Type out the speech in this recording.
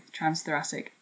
transthoracic